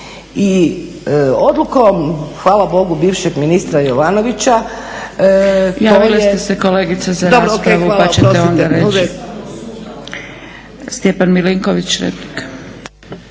I odlukom hvala Bogu bivšeg ministra Jovanovića. **Zgrebec, Dragica (SDP)** Javili ste se kolegice za raspravu pa ćete onda reći. Stjepan Milinković, replika.